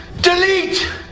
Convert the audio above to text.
delete